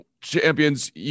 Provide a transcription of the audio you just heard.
champions